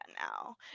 now